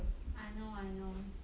I know I know